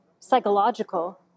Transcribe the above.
psychological